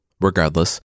Regardless